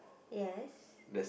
yes